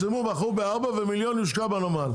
ומיליון יושקע בנמל.